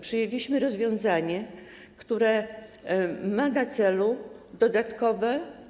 Przyjęliśmy rozwiązanie, które ma na celu dodatkowe.